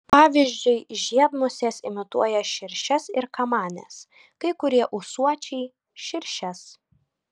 pavyzdžiui žiedmusės imituoja širšes ir kamanes kai kurie ūsuočiai širšes